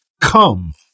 Come